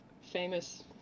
famous